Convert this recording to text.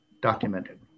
Documented